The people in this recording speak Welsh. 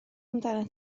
amdanat